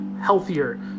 healthier